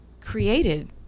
created